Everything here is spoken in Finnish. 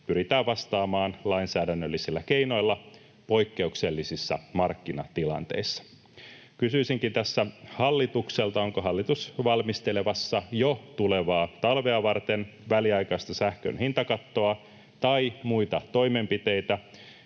pyritään vastaamaan lainsäädännöllisillä keinoilla poikkeuksellisissa markkinatilanteissa? Kysyisinkin tässä hallitukselta: onko hallitus valmistelemassa jo tulevaa talvea varten väliaikaista sähkön hintakattoa tai muita toimenpiteitä,